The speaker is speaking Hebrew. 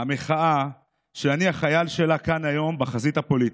המחאה שאני החייל שלה כאן, היום, בחזית הפוליטית.